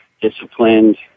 disciplined